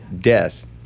death